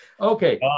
Okay